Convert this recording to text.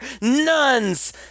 nuns